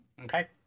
Okay